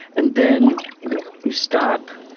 and then you stop,